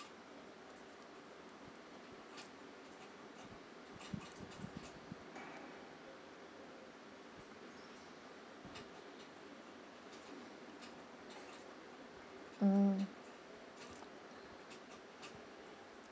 mm